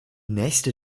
nächste